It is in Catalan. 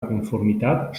conformitat